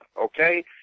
Okay